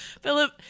Philip